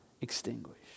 extinguish